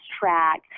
track